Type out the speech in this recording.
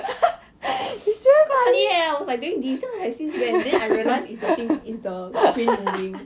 then like he will always be with me and derrick and venus I don't know if venus but like I think rebecca